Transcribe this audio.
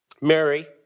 Mary